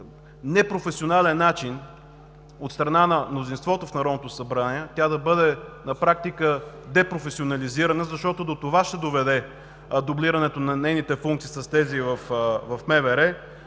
непрофесионален начин от страна на мнозинството в Народното събрание тя да бъде на практика депрофесионализирана, защото до това ще доведе дублирането на нейните функции с тези в МВР.